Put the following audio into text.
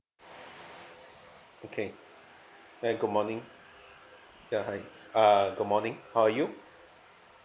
okay hi good morning ya hi uh good morning how are you